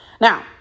Now